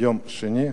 ביום שני,